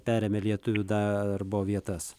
perėmę lietuvių darbo vietas